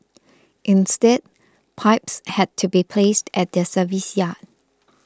instead pipes had to be placed at the service yard